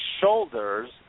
shoulders